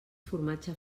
formatge